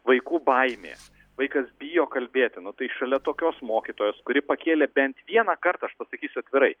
vaikų baimė vaikas bijo kalbėti nu tai šalia tokios mokytojos kuri pakėlė bent vienąkart aš pasakysiu atvirai